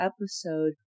episode